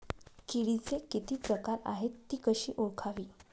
किडीचे किती प्रकार आहेत? ति कशी ओळखावी?